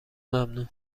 ممنوع